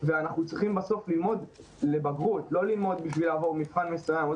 ובסוף אנחנו צריכים ללמוד לבגרות ולא ללמוד כדי לעבור מבחן מסוים.